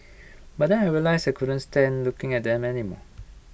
but then I realize I couldn't stand looking at them anymore